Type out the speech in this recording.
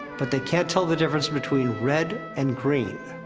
but they can't tell the difference between red and green.